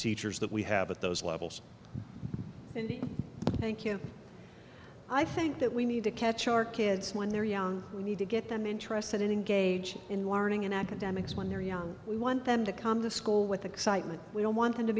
teachers that we have at those levels and thank you i think that we need to catch our kids when they're young we need to get them interested and engage in learning and academics when they're young we want them to come to school with excitement we don't want them to